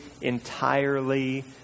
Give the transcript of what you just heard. entirely